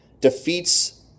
defeats